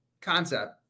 concept